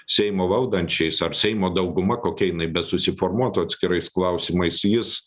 seimo valdančiais ar seimo dauguma kokia jinai besusiformuotų atskirais klausimais jis